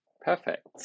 Perfect